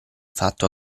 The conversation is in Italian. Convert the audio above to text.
fatto